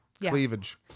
cleavage